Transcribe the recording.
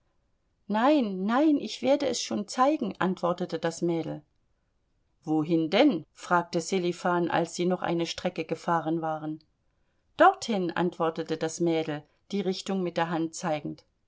nein nein ich werde es schon zeigen antwortete das mädel wohin denn fragte sselifan als sie noch eine strecke gefahren waren dorthin antwortete das mädel die richtung mit der hand zeigend